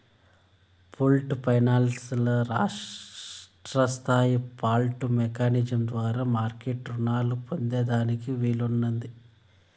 pooled finance ల రాష్ట్రస్తాయి pooled mechanism ద్వారా మార్మెట్ రునాలు పొందేదానికి వీలున్నాది